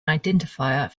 identifier